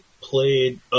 played